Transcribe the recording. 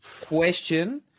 question